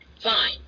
fine